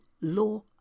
law